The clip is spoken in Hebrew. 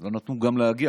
לא נתנו גם להגיע,